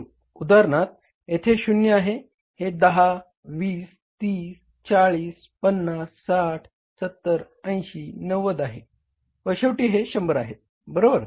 उदाहरणार्थ येथे 0 आहे हे 10 20 30 40 50 60 70 80 90 आहे व शेवटी हे 100 आहेत बरोबर